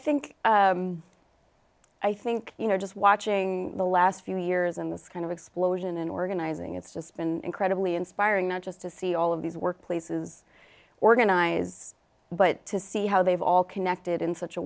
think i think you know just watching the last few years in this kind of explosion and organizing it's just been incredibly inspiring not just to see all of these workplaces organize but to see how they've all connected in such a